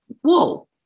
whoa